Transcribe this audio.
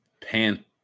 pan